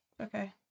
Okay